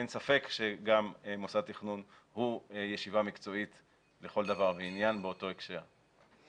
אין ספק שגם מוסד תכנון הוא ישיבה מקצועית לכל דבר ועניין באותו הקשר.